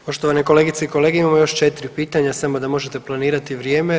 Poštovane kolegice i kolege imamo još 4 pitanja samo da možete planirati vrijeme.